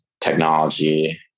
technology